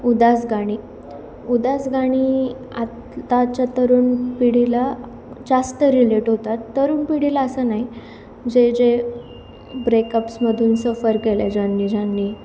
उदास गाणी उदास गाणी आत्ताच्या तरुण पिढीला जास्त रिलेट होतात तरुण पिढीला असं नाही जे जे ब्रेकअप्समधून सफर केले ज्यांनी ज्यांनी